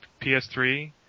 PS3